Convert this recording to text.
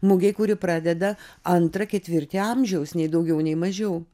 mugei kuri pradeda antrą ketvirtį amžiaus nei daugiau nei mažiau